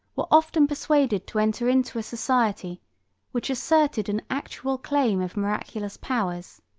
were often persuaded to enter into a society which asserted an actual claim of miraculous powers.